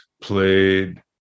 played